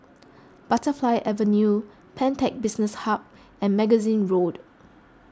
Butterfly Avenue Pantech Business Hub and Magazine Road